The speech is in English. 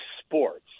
sports